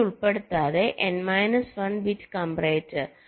ഇത് ഉൾപ്പെടുത്താതെ n minus 1 bit comparator